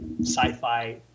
sci-fi